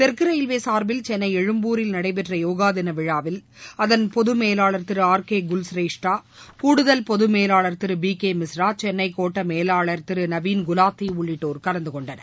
தெற்கு ரயில்வே சார்பில் சென்னை எழும்பூரில் நடைபெற்ற யோகா தினவிழாவில் அதன் பொது மேலாளர் திரு ஆர் கே குல்ஸ்ரேஷ்தா கூடுதல் பொது மேலாளர் திரு பி கே மிஸ்ரா சென்னை கோட்ட மேலாளர் திரு நவீன் குலாத்தி உள்ளிட்டோர் கலந்துகொண்டனர்